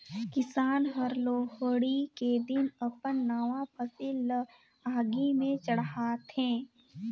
किसान हर लोहड़ी के दिन अपन नावा फसिल ल आगि में चढ़ाथें